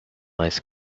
ice